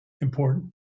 important